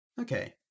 Okay